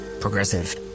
Progressive